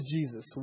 Jesus